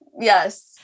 Yes